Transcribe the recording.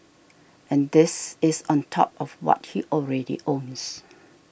and this is on top of what he already owns